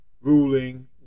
Ruling